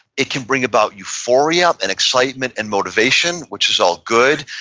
it can bring about euphoria and excitement and motivation, which is all good,